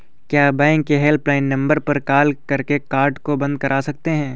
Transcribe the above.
क्या बैंक के helpline number पर कॉल करके कार्ड को बंद करा सकते हैं?